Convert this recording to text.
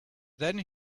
then